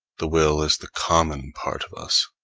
the will is the common part of us.